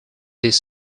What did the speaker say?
this